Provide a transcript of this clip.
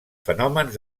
fenòmens